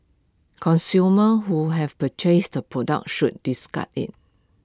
consumers who have purchased the product should discard IT